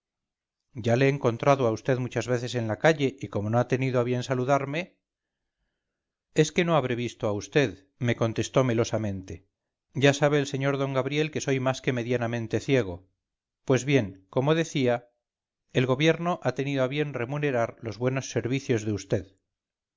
ya le he encontrado a vd muchas veces en la calle y como no ha tenido a bien saludarme es que no habré visto a vd me contestó melosamente ya sabe el sr d gabriel que soy más que medianamente ciego pues bien como decía el gobierno ha tenido a bien remunerar los buenos servicios de